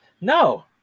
No